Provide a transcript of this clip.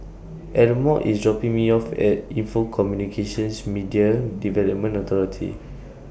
Elmore IS dropping Me off At Info Communications Media Development Authority